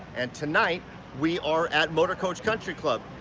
and tonight we are at motorcoach country club.